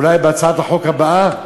אולי בהצעת החוק הבאה.